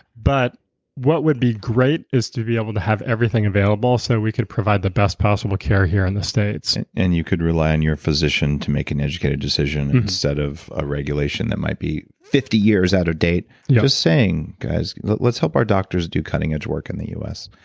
but what would be great is to be able to have everything available so that we could provide the best possible care here in the states and you could rely in your physician to make an educated decision instead of a regulation that might be fifty years out of date. just saying guys, let's hope our doctors do cutting edge work in the us.